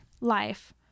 life